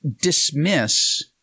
dismiss